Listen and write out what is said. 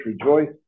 rejoice